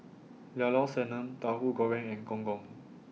Llao Sanum Tauhu Goreng and Gong Gong